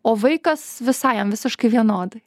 o vaikas visai jam visiškai vienodai